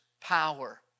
power